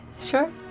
sure